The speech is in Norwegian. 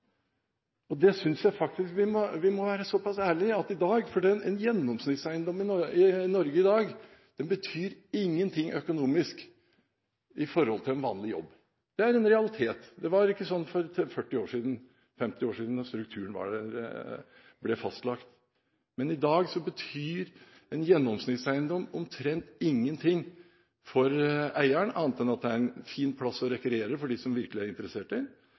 Jeg synes faktisk vi må være så pass ærlige og si at en gjennomsnittseiendom i Norge i dag ikke betyr noe økonomisk i forhold til en vanlig jobb. Det er en realitet. Det var ikke sånn for 40–50 år siden, da strukturen ble fastlagt. I dag betyr en gjennomsnittseiendom omtrent ingenting for eieren annet enn at det er en fin plass å rekreere for dem som virkelig er interessert i